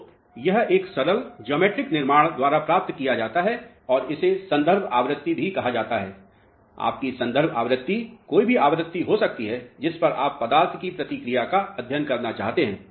तो यह सरल जिओमेट्रिकल निर्माण द्वारा प्राप्त किया जाता है और इसे संदर्भ आवृत्ति भी कहा जाता है आपकी संदर्भ आवृत्ति कोई भी आवृत्ति हो सकती है जिस पर आप पदार्थ की प्रतिक्रिया का अध्ययन करना चाहते हैं